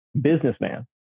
businessman